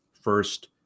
First